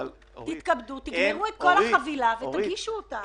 תתכבדו, תגמרו את כל החבילה ותגישו אותה.